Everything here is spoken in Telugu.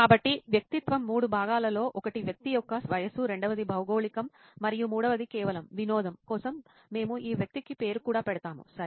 కాబట్టి వ్యక్తిత్వం మూడు భాగాలలో ఒకటి వ్యక్తి యొక్క వయస్సు రెండవది భౌగోళికం మరియు మూడవది కేవలం వినోదం కోసం మేము ఈ వ్యక్తికి పేరు కూడా పెడతాము సరే